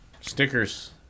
Stickers